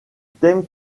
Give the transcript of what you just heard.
thème